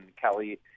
Kelly